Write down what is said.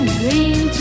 dream